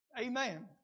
Amen